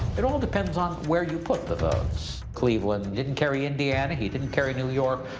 it all depends on where you put the votes. cleveland didn't carry indiana. he didn't carry new york.